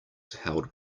held